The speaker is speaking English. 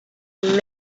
and